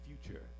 future